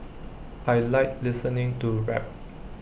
I Like listening to rap